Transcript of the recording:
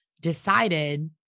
decided